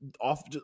off